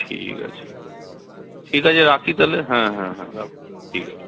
ঠিক আছে ঠিক আছে রাখি তাহলে হ্যাঁ হ্যাঁ হ্যাঁ রাখো ঠিক আছে